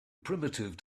primitive